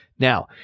Now